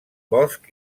bosc